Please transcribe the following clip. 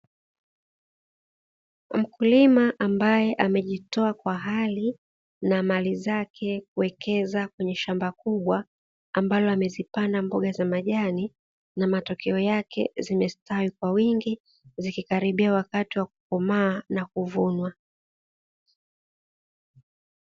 Mkulima ambaye amejitoa kwa hali na mali zake kuwekeza kwenye shamba kubwa, ambalo amezipanda mboga za majani na matokeo yake zimestawi Kwa wingi zikikaribia wakati wa kukomaa na kuvunwa.